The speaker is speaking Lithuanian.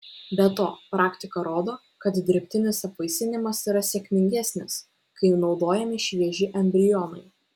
be to praktika rodo kad dirbtinis apvaisinimas yra sėkmingesnis kai naudojami švieži embrionai